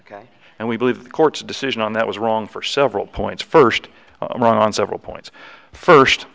ok and we believe the court's decision on that was wrong for several points first on several points first